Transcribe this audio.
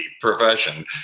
profession